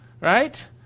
right